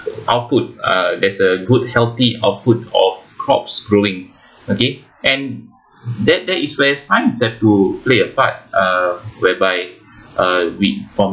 output uh there's a good healthy output of crops growing okay and that that is where science have to play a part uh whereby uh with from